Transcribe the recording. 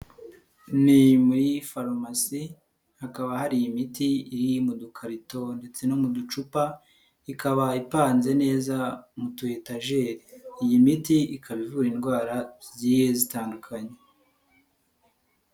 Ni muri farumasi hakaba hari imiti iri mu dukarito ndetse no mu ducupa, ikaba ipanze neza mu tu etajeri, iyi miti ikaba ivura indwara zigiye zitandukanye.